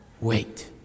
wait